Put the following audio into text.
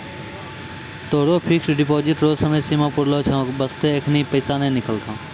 तोहरो fixed deposit रो समय सीमा नै पुरलो छौं है बास्ते एखनी पैसा नै निकलतौं